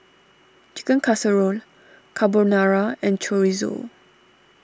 Chicken Casserole Carbonara and Chorizo